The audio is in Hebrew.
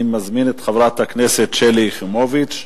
אני מזמין את חברת הכנסת שלי יחימוביץ,